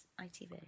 ITV